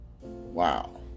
Wow